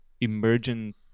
emergent